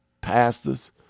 Pastors